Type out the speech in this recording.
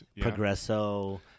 progresso